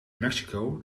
mexico